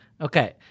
Okay